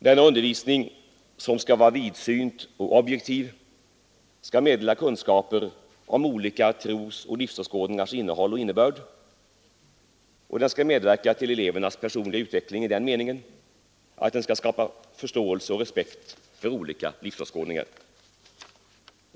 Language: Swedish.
Denna undervisning, som skall vara vidsynt och objektiv, skall meddela kunskaper om olika trosoch livsåskådningars innehåll och innebörd, och den skall medverka till elevernas personliga utveckling i den meningen att den skall skapa förståelse och respekt för olika livsåskådningar.